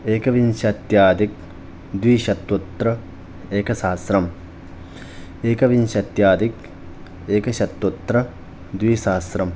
एकविंशत्याधिक द्विशतोत्तर एकसहस्रम् एकविंशत्याधिक एकशतोत्तरद्विसहस्रं